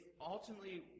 ultimately